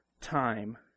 time